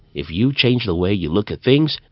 if you change the way you look at things,